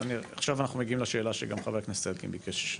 עכשיו אנחנו מגיעים לשאלה שגם חבר הכנסת אלקין ביקש,